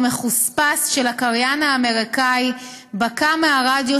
המחוספס של הקריין האמריקאי בקע מהרדיו